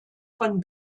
von